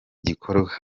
gikorwa